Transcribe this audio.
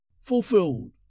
Fulfilled